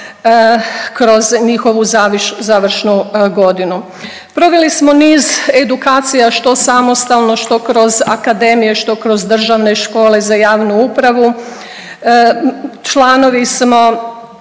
kroz njihovu završnu godinu. Proveli smo niz edukacija, što samostalno što kroz akademije, što kroz državne škole za javnu upravu. Članovi smo